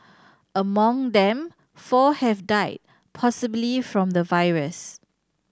among them four have died possibly from the virus